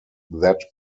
that